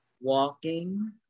walking